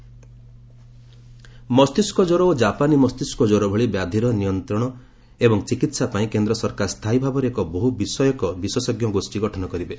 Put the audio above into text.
centre health ministry ମସ୍ତିଷ୍କ କ୍ୱର ଓ ଜାପାନୀ ମସ୍ତିଷ୍କ ଜ୍ୱର ଭଳି ବ୍ୟାଧୀର ନିୟନ୍ତ୍ରଣ ଏବଂ ଚିକିତ୍ସା ପାଇଁ କେନ୍ଦ୍ର ସରକାର ସ୍ଥାୟୀ ଭାବରେ ଏକ ବହୁ ବିଷୟକ ବିଶେଷଜ୍ଞ ଗୋଷ୍ଠୀ ଗଠନ କରିବେ